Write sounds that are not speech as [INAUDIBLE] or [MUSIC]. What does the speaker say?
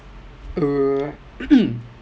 err [COUGHS]